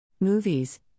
Movies